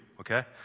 Okay